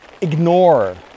ignore